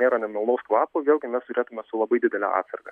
nėra nemalonaus kvapo vėlgi mes žiūrėtume su labai didele atsarga